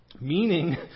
meaning